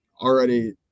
already